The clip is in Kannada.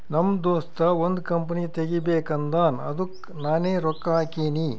ನಮ್ ದೋಸ್ತ ಒಂದ್ ಕಂಪನಿ ತೆಗಿಬೇಕ್ ಅಂದಾನ್ ಅದ್ದುಕ್ ನಾನೇ ರೊಕ್ಕಾ ಹಾಕಿನಿ